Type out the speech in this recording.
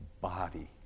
body